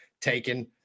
taken